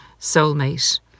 soulmate